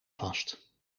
vast